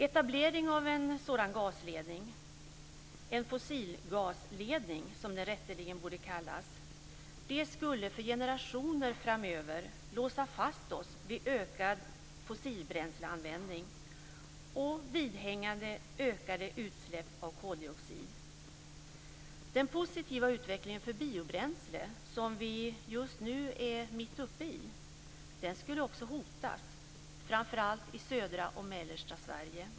Etablering av en sådan gasledning - en fossilgasledning, som det rätteligen borde kallas - skulle för generationer framöver låsa fast oss vid ökad fossilbränsleanvändning och vidhängande ökade utsläpp av koldioxid. Den positiva utveckling för biobränsle som vi just nu är mitt uppe i skulle också hotas framför allt i södra och mellersta Sverige.